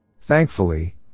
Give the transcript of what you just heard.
Thankfully